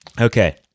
Okay